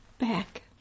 back